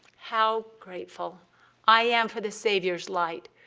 how grateful i am for the savior's light,